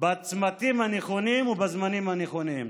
בצמתים הנכונים ובזמנים הנכונים.